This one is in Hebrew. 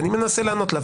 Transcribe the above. ואני מנסה לענות לה,